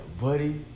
buddy